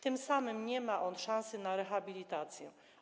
Tym samym nie ma on szansy na rehabilitację.